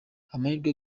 amahirwe